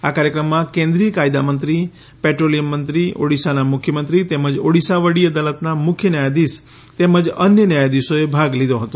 આ કાર્યક્રમમાં કેન્દ્રિય કાયદામંત્રી પેટ્રોલિયમ મંત્રી ઓડિશાના મુખ્યમંત્રી તેમજ ઓડિશા વડી અદાલતના મુખ્ય ન્યાયાધીશ તેમજ અન્ય ન્યાયાધીશોએ ભાગ લીધો હતો